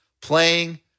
playing